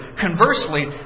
Conversely